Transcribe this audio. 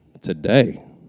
today